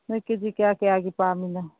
ꯅꯣꯏ ꯀꯦ ꯖꯤ ꯀꯌꯥ ꯀꯌꯥꯒꯤ ꯄꯥꯝꯃꯤꯅꯣ